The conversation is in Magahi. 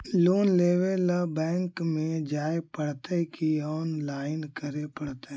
लोन लेवे ल बैंक में जाय पड़तै कि औनलाइन करे पड़तै?